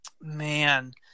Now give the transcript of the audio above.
Man